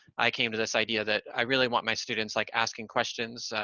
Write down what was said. i came to this idea that i really want my students like asking questions,